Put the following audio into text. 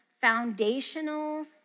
foundational